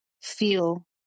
feel